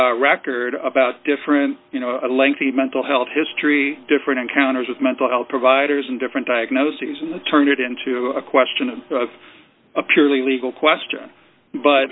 based record about different you know lengthy mental health history different encounters with mental health providers and different diagnoses and the turn it into a question of a purely legal question but